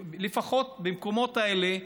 לפחות במקומות האלה,